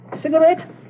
Cigarette